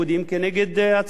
אני מדבר בתוך מדינת ישראל.